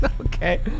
Okay